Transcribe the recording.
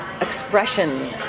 Expression